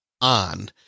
on